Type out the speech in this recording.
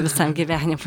visam gyvenimui